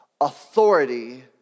Authority